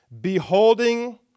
beholding